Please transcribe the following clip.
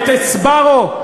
את "סבארו"?